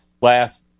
last